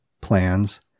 plans